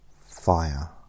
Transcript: fire